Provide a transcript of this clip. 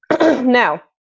Now